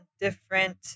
different